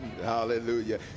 Hallelujah